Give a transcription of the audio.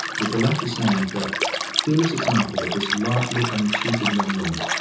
with the latter saying the fearless example of this largely untutored young woman,